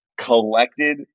Collected